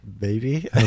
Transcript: baby